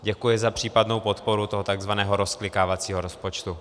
Děkuji za případnou podporu toho tzv. rozklikávacího rozpočtu.